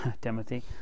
Timothy